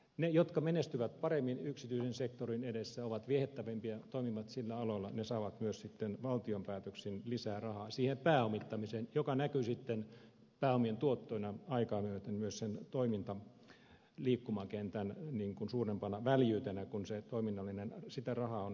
ne jotka menestyvät paremmin yksityisen sektorin edessä ovat viehättävämpiä toimivat niillä aloilla saavat myös sitten valtion päätöksin lisää rahaa siihen pääomittamiseen mikä näkyy sitten pääomien tuottoina aikaa myöten myös sen toimintaliikkumakentän suurempana väljyytenä kun sitä rahaa on enemmän käytössä